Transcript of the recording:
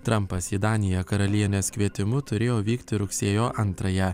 trampas į daniją karalienės kvietimu turėjo vykti rugsėjo antrąją